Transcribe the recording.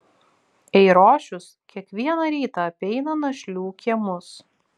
eirošius kiekvieną rytą apeina našlių kiemus